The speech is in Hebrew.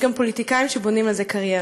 יש גם פוליטיקאים שבונים על זה קריירה.